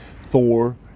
Thor